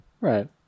right